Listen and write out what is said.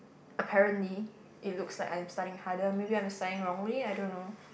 apparently it looks like I am studying harder maybe I'm studying wrongly I don't know